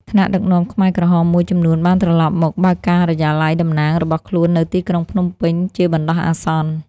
ថ្នាក់ដឹកនាំខ្មែរក្រហមមួយចំនួនបានត្រឡប់មកបើកការិយាល័យតំណាងរបស់ខ្លួននៅទីក្រុងភ្នំពេញជាបណ្ដោះអាសន្ន។